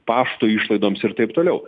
pašto išlaidoms ir taip toliau